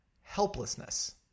helplessness